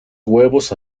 huevos